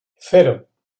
cero